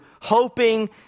hoping